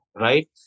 right